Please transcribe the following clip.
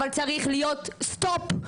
אבל צריך להיות סטופ.